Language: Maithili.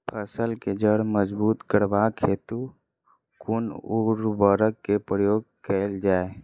फसल केँ जड़ मजबूत करबाक हेतु कुन उर्वरक केँ प्रयोग कैल जाय?